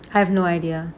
I have no idea